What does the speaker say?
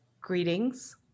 Greetings